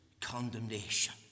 condemnation